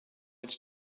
its